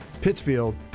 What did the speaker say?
Pittsfield